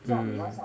hmm